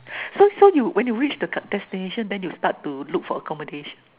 so so you when you reach the c~ destination then you start to look for accommodation